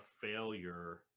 failure